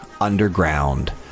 Underground